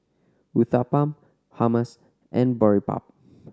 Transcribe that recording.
Uthapam Hummus and Boribap